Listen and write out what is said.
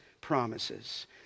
promises